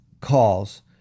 calls